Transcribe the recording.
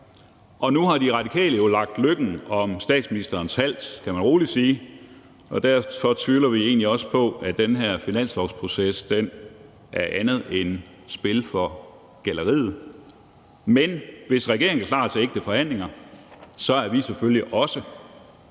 Og nu har De Radikale jo lagt løkken om statsministerens hals, kan man rolig sige, og derfor tvivler vi egentlig også på, at den her finanslovsproces er andet end spil for galleriet. Men hvis regeringen er klar til ægte forhandlinger, er vi selvfølgelig også.